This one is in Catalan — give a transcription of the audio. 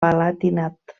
palatinat